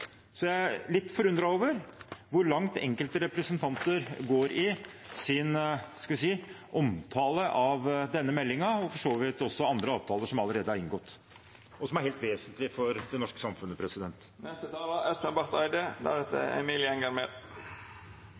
Jeg er litt forundret over hvor langt enkelte representanter går i sin omtale av denne meldingen, og for så vidt også andre avtaler som allerede er inngått, og som er helt vesentlige for det norske samfunnet.